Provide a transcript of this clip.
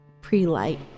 pre-light